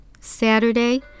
Saturday